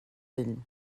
ell